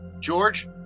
George